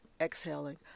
exhaling